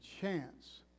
chance